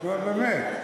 נו, באמת.